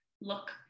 look